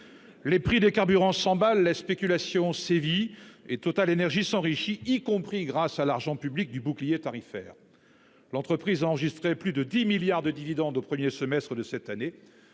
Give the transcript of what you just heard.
Les prix des carburants s'emballent, la spéculation sévit et TotalEnergies s'enrichit, y compris grâce à l'argent public du bouclier tarifaire. L'entreprise a enregistré plus de 10 milliards d'euros de bénéfice net au premier semestre de cette année,